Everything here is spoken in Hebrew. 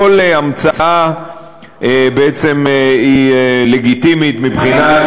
כל המצאה בעצם היא לגיטימית מבחינת,